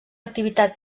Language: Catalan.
activitat